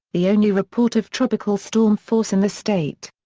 the only report of tropical storm force in the state.